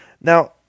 Now